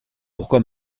pourquoi